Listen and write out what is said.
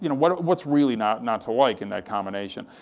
you know but what's really not not to like in that combination?